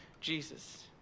Jesus